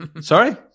sorry